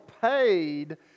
paid